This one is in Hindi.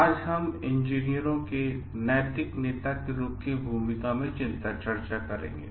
आज हम इंजीनियरों की नैतिक नेता की भूमिका पर ध्यान केंद्रित करेंगे